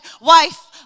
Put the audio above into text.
wife